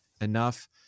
enough